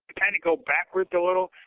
kind of go backwards a little.